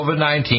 COVID-19